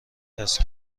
است